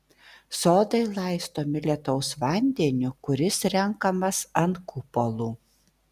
sodai laistomi lietaus vandeniu kuris renkamas ant kupolų